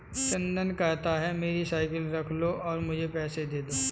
चंदन कहता है, मेरी साइकिल रख लो और मुझे पैसे दे दो